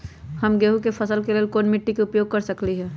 हम गेंहू के फसल के लेल कोन मिट्टी के उपयोग कर सकली ह?